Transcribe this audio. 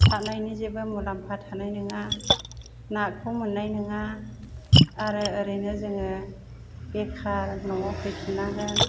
सारनायनि जेबो मुलाम्फा थानाय नङा नाखौ मोननाय नङा आरो ओरैनो जोङो बेखार न'आव फैफिन नांगोन